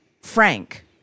Frank